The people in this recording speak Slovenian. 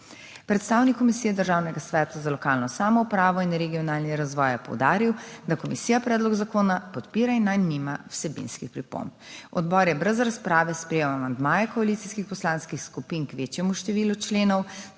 Predstavnik Komisije Državnega sveta za lokalno samoupravo in regionalni razvoj je poudaril, da komisija predlog zakona podpira in nanj nima vsebinskih pripomb. Odbor je brez razprave sprejel amandmaje koalicijskih poslanskih skupin k večjemu številu členov